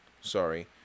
Sorry